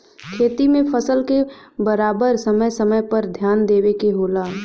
खेती में फसल क बराबर समय समय पर ध्यान देवे के होला